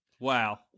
Wow